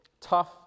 Tough